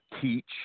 teach